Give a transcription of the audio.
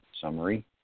summary